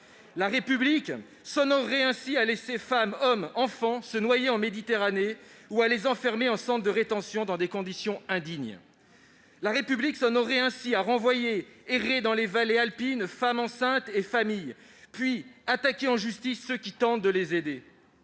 La République s'honorerait ainsi à laisser femmes, hommes, enfants, se noyer en Méditerranée ou à les enfermer en centres de rétention dans des conditions indignes ... La République s'honorerait ainsi à renvoyer errer dans les vallées alpines femmes enceintes et familles, puis à attaquer en justice ceux qui tentent de les aider